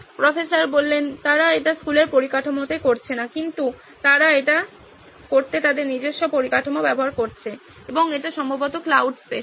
professor তারা এটি স্কুলের পরিকাঠামোতে করছে না কিন্তু তারা এটি করতে তাদের নিজস্ব পরিকাঠামো ব্যবহার করছে এবং এটি সম্ভবত ক্লাউড স্পেসে